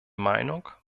meinung